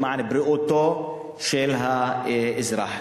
למען בריאותו של האזרח.